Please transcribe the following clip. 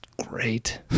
great